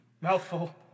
Mouthful